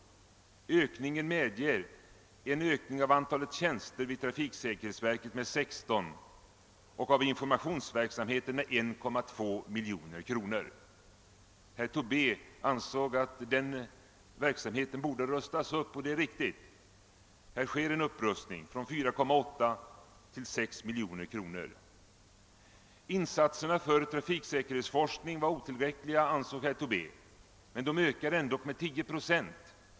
Höjningen medger en ökning av antalet tjänster vid trafiksäkerhetsverket med 16 och av medelsanvisningen till informationsverksamheten med 1,2 miljoner kronor. Herr Tobé ansåg att denna verksamhet borde rustas upp, och det är riktigt. Här sker en upprustning från 4,8 till 6 miljoner kronor. Herr Tobé ansåg också att insatserna för trafiksäkerhetsforskning var otillräckliga, men de ökas dock med 10 procent.